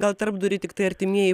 gal tarpdury tiktai artimieji